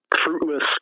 fruitless